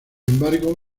embargo